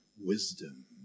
wisdom